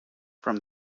from